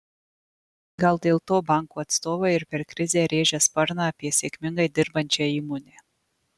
gal dėl to bankų atstovai ir per krizę rėžia sparną apie sėkmingai dirbančią įmonę